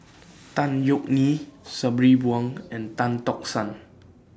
Tan Yeok Nee Sabri Buang and Tan Tock San